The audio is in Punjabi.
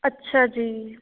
ਅੱਛਾ ਜੀ